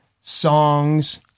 songs